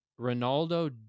Ronaldo